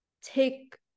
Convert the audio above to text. take